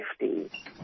safety